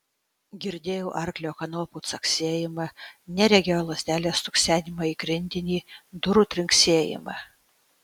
girdėjau arklio kanopų caksėjimą neregio lazdelės stuksenimą į grindinį durų trinksėjimą